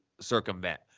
circumvent